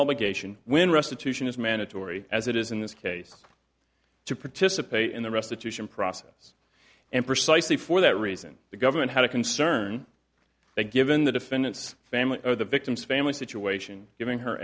obligation when restitution is mandatory as it is in this case to participate in the restitution process and precisely for that reason the government had a concern that given the defendant's family or the victim's family situation giving her